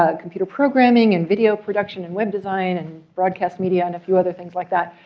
ah computer programming and video production and web design and broadcast media and a few other things like that.